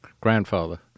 grandfather